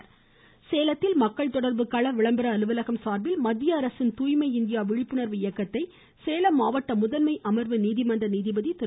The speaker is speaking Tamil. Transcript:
சேலம் சேலத்தில் மக்கள் தொடர்பு கள விளம்பர அலுவலகம் சார்பில் மத்திய அரசின் துாய்மை இந்தியா விழிப்புணர்வு இயக்கத்தை சேலம் மாவட்ட முதன்மை அமர்வு நீதிமன்ற நீதிபதி திரு